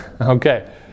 Okay